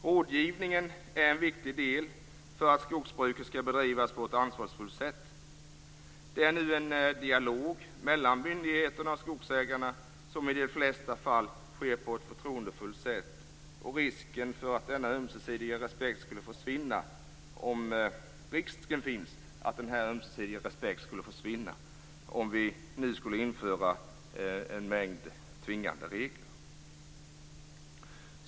Rådgivningen är en viktig del för att skogsbruket skall kunna bedrivas på ett ansvarsfullt sätt. Det förs nu en dialog mellan myndigheterna och skogsägarna som i de flesta fall sker på ett förtroendefullt sätt. Risken finns att denna ömsesidiga respekt skulle försvinna om vi nu skulle införa en mängd tvingande regler.